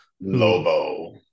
Lobo